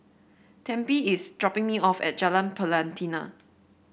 Tempie is dropping me off at Jalan Pelatina